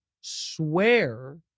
swear